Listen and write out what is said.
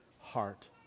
heart